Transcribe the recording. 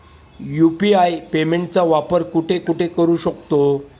UPI पेमेंटचा वापर कुठे कुठे करू शकतो?